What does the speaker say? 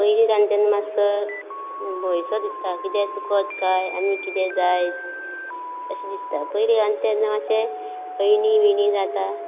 पयलीं रांदता तेन्ना मातसो भंय सो दिसतालो किदें चुकत काय आनी किदें जायत अशें दिसता पयलीं तेन्ना मातशें अयणी बियणी जाता